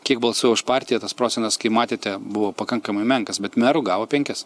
kiek balsų už partiją tas procentas kaip matėte buvo pakankamai menkas bet merų gavo penkis